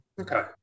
Okay